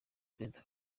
perezida